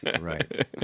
Right